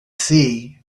sea